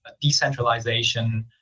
decentralization